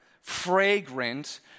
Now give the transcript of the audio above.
fragrant